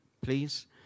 please